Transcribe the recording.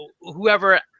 whoever